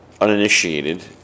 uninitiated